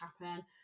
happen